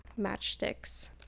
matchsticks